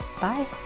Bye